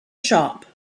shop